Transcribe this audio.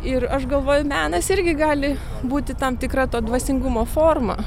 ir aš galvoju menas irgi gali būti tam tikra to dvasingumo forma